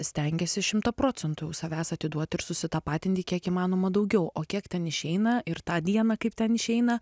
stengiasi šimtą procentų jau savęs atiduot ir susitapatinti kiek įmanoma daugiau o kiek ten išeina ir tą dieną kaip ten išeina